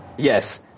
Yes